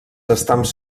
estams